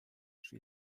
sri